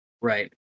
right